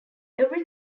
every